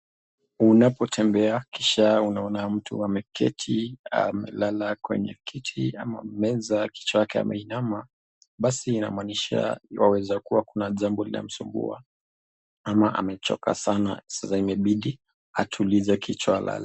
Unapotembea kisha unaona mtu ameketi amelala kwenye kiti ama meza, kichwa yake ameinama, basi inamaanisha waweza kuwa na jambo inamsumbua, ama amechoka sana sasa imebidi atulize kichwa alale.